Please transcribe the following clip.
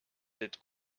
d’être